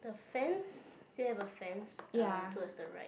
the fence still have a fence uh towards the right